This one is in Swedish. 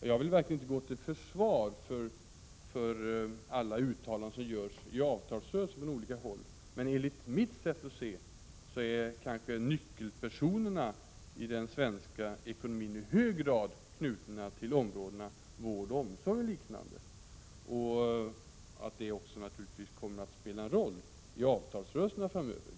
Jag vill verkligen inte gå till försvar av alla uttalanden som görs i avtalsrörelser i olika former, men enligt mitt sätt att se är kanske nyckelpersonerna i den svenska ekonomin i hög grad knutna till områdena vård, omsorg och liknande och att det också kommer att spela en roll i avtalsrörelserna framöver.